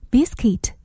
Biscuit